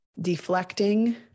deflecting